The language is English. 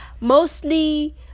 Mostly